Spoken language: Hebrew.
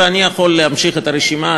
ואני יכול להמשיך את הרשימה.